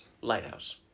Lighthouse